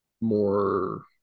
More